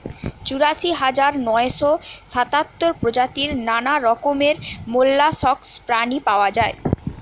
চুরাশি হাজার নয়শ সাতাত্তর প্রজাতির নানা রকমের মোল্লাসকস প্রাণী পাওয়া যায়